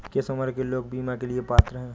किस उम्र के लोग बीमा के लिए पात्र हैं?